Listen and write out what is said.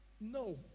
No